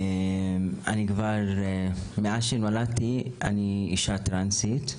אני כבר מאז שנולדתי אני אישה טרנסית.